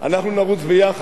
אנחנו נרוץ יחד,